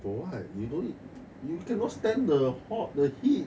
for what you don't eve~ you cannot stand the hot the heat